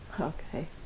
Okay